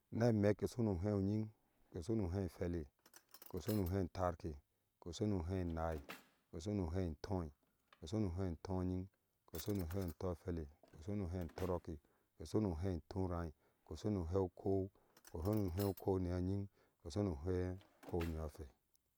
Ŋa amek ke so nu ŋhe uŋyin hwele ke so nu ŋhe tarke ke so nu ŋhe enaaai keso nu ŋhe entoi keso nu etoŋyinge keso nu ŋhe ŋtohwele ke so nu ŋhe tɔrɔɔke ke so nu ŋhe ŋtirai keso nu ŋhe okɔɔkpe keso nu ŋhe okɔɔu ŋyo nyin keso nu ŋhe okɔɔu ŋyo hwele.